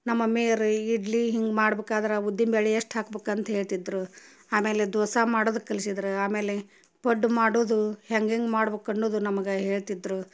ನಮ್ಮ ಮಮ್ಮಿಯರು ಇಡ್ಲಿ ಹಿಂಗೆ ಮಾಡ್ಬೇಕಾದ್ರೆ ಉದ್ದಿನ ಬ್ಯಾಳೆ ಎಷ್ಟು ಹಾಕ್ಬೇಕು ಅಂತ ಹೇಳ್ತಿದ್ದರು ಆಮೇಲೆ ದೋಸೆ ಮಾಡೋದು ಕಲ್ಸಿದ್ರು ಆಮೇಲೆ ಪಡ್ಡು ಮಾಡೋದು ಹೆಂಗೆ ಹೆಂಗೆ ಮಾಡ್ಬೇಕು ಅನ್ನುವುದು ನಮ್ಗೆ ಹೇಳ್ತಿದ್ದರು